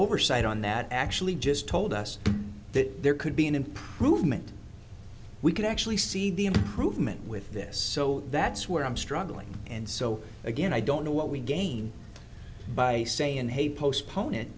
oversight on that actually just told us that there could be an improvement we can actually see the improvement with this so that's where i'm struggling and so again i don't know what we gain by saying hey postpone it